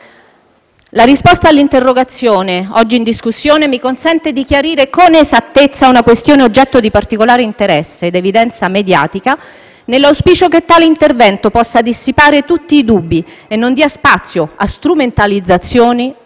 la risposta all'interrogazione oggi in discussione mi consente di chiarire con esattezza una questione oggetto di particolare interesse ed evidenza mediatica, nell'auspicio che tale intervento possa dissipare tutti i dubbi e non dia spazio a strumentalizzazioni e